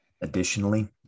Additionally